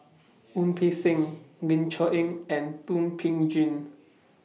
Wu Peng Seng Ling Cher Eng and Thum Ping Tjin